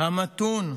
"המתון",